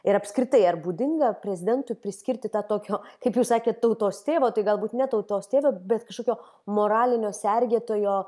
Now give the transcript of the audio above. ir apskritai ar būdinga prezidentui priskirti tą tokio kaip jūs sakėt tautos tėv tai galbūt ne tautos tėvo bet kažkokio moralinio sergėtojo